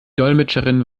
dolmetscherin